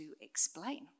explain